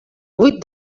vuit